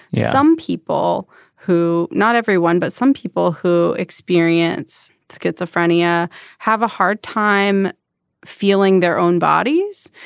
some people who not everyone but some people who experience schizophrenia have a hard time feeling their own bodies.